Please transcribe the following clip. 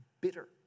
bitter